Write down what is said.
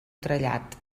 trellat